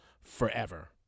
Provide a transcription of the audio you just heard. forever